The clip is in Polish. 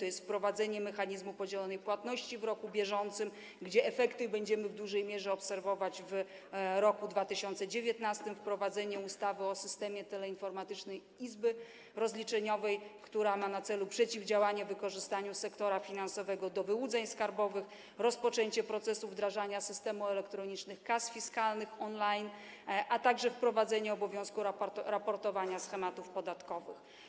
tj. wprowadzenie mechanizmu podzielonej płatności w roku bieżącym, gdzie efekty będziemy w dużej mierze obserwować w roku 2019, wprowadzenie ustawy o systemie teleinformatycznym izby rozliczeniowej, która ma na celu przeciwdziałanie wykorzystaniu sektora finansowego do wyłudzeń skarbowych, rozpoczęcie procesu wdrażania systemu elektronicznych kas fiskalnych on-line, a także wprowadzenie obowiązku raportowania schematów podatkowych.